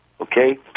Okay